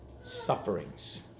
sufferings